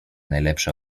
najlepsze